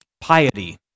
piety